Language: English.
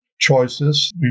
Choices